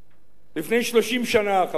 לפני 30 שנה, חברי הכנסת,